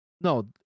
No